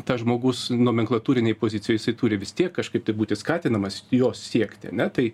tas žmogus nomenklatūrinėj pozicijoj jisai turi vis tiek kažkaip tai būti skatinamas jos siekti ne tai